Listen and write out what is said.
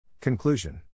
Conclusion